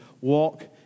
walk